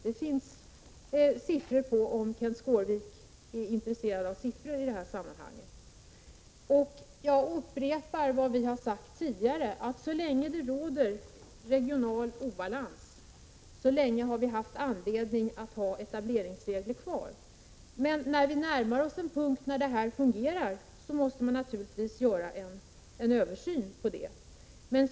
Det finns siffror på det, om Kenth Skårvik är intresserad av siffror i det här sammanhanget. Jag upprepar det vi har sagt tidigare. Så länge det råder regional obalans har vi haft anledning att ha etableringsregler. När vi närmar oss en punkt med balans, måste man naturligtvis se över det hela.